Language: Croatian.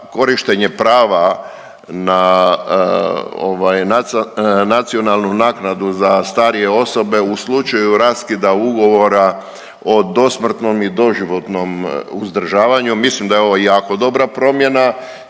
korištenje prava na ovaj nacionalnu naknadu za starije osobe u slučaju raskida ugovora o dosmrtnom i doživotnom uzdržavanju, mislim da je ovo jako dobra promjena